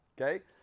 okay